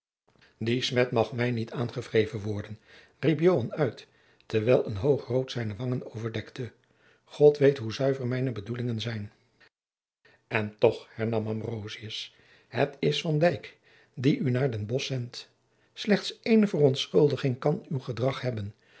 die smet mag mij niet aangewreven worden riep joan uit terwijl een hoog rood zijne wangen overdekte god weet hoe zuiver mijne bedoelingen zijn en toch hernam ambrosius het is van dyk die u naar den bosch zendt slechts ééne jacob van lennep de pleegzoon verontschuldiging kan uw gedrag hebben